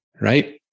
right